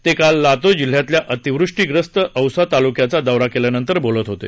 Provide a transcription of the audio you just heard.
ते काल लातूर जिल्ह्यातल्या अतिवृष्टीग्रस्त औसा तालुक्याचा दौरा केल्यानंतर बोलत होते